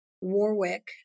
Warwick